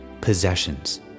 possessions